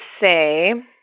say